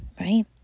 right